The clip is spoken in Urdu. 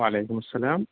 وعلیکم السلام